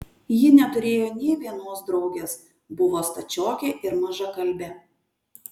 ji neturėjo nė vienos draugės buvo stačiokė ir mažakalbė